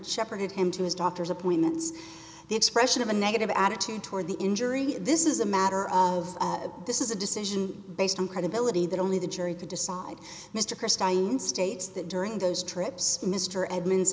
shepherded him to his doctor's appointments the expression of a negative attitude toward the injury this is a matter of this is a decision based on credibility that only the jury to decide mr christine states that during those trips mr edmunds